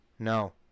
No